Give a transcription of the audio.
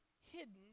hidden